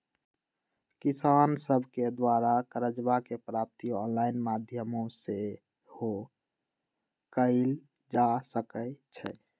किसान सभके द्वारा करजा के प्राप्ति ऑनलाइन माध्यमो से सेहो कएल जा सकइ छै